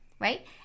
right